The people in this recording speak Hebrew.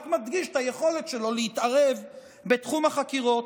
רק מדגישה את היכולת שלו להתערב בתחום החקירות.